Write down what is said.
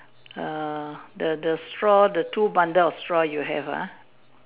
err the the straw the two bundle of straws you have ah